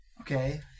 Okay